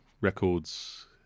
Records